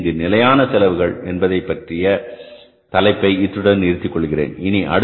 எனவே இங்கு நிலையான செலவுகள் என்பதைப்பற்றிய தலைப்பை இத்துடன் நிறுத்திக்கொள்கிறேன்